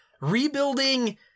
rebuilding